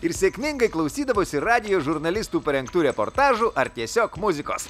ir sėkmingai klausydavosi radijo žurnalistų parengtų reportažų ar tiesiog muzikos